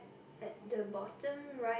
at the bottom right